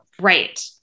Right